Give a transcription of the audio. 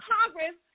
Congress